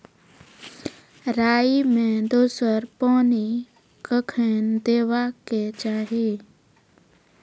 राई मे दोसर पानी कखेन देबा के चाहि?